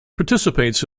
participates